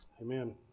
Amen